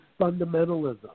fundamentalism